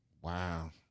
Wow